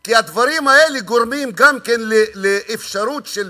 כי הדברים האלה גורמים גם לאפשרות של